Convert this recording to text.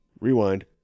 Rewind